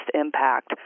impact